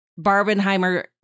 Barbenheimer